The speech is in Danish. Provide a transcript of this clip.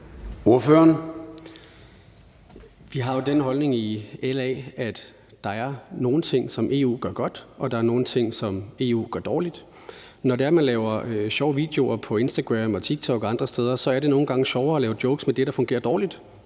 Ryle (LA): Vi har jo den holdning i LA, at der er nogle ting, som EU gør godt, og at der er nogle ting, som EU gør dårligt. Når man laver sjove videoer på Instagram, TikTok og andre steder, er det nogle gange sjovere at lave jokes med det, der fungerer dårligt,